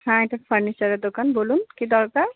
হ্যাঁ এটা ফার্নিচারের দোকান বলুন কি দরকার